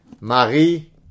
Marie